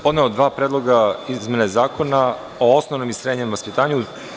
Podneo sam dva predloga izmene Zakona o osnovnom i srednjem vaspitanju.